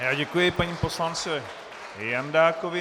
Já děkuji panu poslanci Jandákovi.